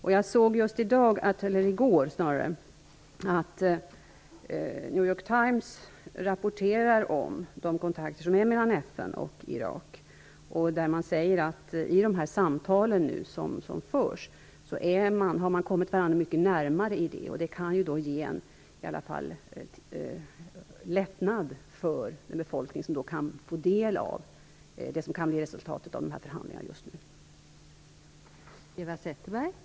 I går såg jag att New York Times rapporterar om kontakterna mellan FN och Irak. Det sägs att man i de samtal som förs har kommit varandra mycket närmare. Det kan i alla fall ge en lättnad för befolkningen, som därmed kan få del av det som kan bli resultatet av de förhandlingar som sker just nu.